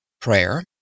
Prayer